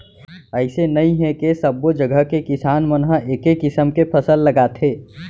अइसे नइ हे के सब्बो जघा के किसान मन ह एके किसम के फसल लगाथे